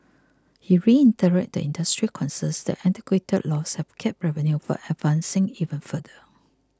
he reiterated the industry's concerns that antiquated laws have capped revenue from advancing even further